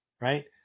right